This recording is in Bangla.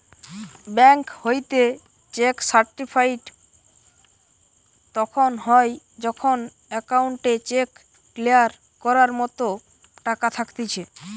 বেঙ্ক হইতে চেক সার্টিফাইড তখন হয় যখন অ্যাকাউন্টে চেক ক্লিয়ার করার মতো টাকা থাকতিছে